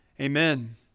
Amen